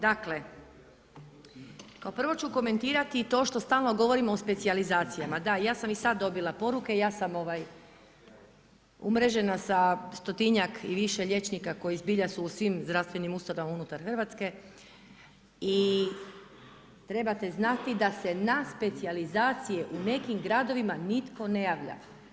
Dakle, kao prvo ću komentirati to što stalno govorimo o specijalizacijama, da ja sam i sada dobila poruke, ja sam umrežena sa stotinjak i više liječnika koji zbilja su u svim zdravstvenim ustanovama unutar Hrvatske i trebate znati da se na specijalizacije u nekim gradovima nitko ne javlja.